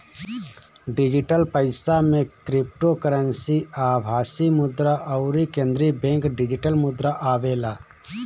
digital पईसा में cryptocurrency, आभासी मुद्रा अउरी केंद्रीय बैंक डिजिटल मुद्रा आवेला